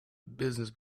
business